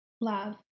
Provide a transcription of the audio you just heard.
love